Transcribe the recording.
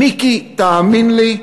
מיקי, תאמין לי,